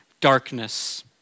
Darkness